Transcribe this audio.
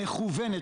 מכוונת,